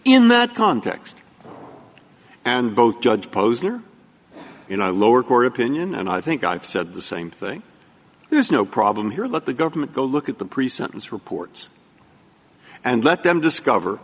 in that context and both judge posner you know lower court opinion and i think i've said the same thing there's no problem here look the government go look at the pre sentence reports and let them discover